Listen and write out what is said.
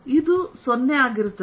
ಇದು 0 ಆಗಿರುತ್ತದೆ